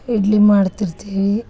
ಇಡ್ಲಿ ಮಾಡ್ತಿರ್ತೀವಿ